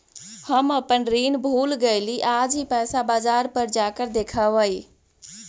हम अपन ऋण भूल गईली आज ही पैसा बाजार पर जाकर देखवई